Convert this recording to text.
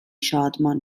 شادمان